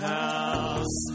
house